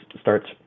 starts